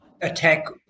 attack